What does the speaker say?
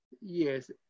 Yes